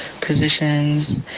positions